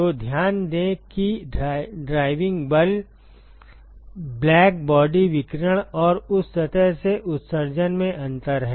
तो ध्यान दें कि ड्राइविंग बल ब्लैक बॉडी विकिरण और उस सतह से उत्सर्जन में अंतर है